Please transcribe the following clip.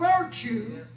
virtue